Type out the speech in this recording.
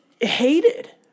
hated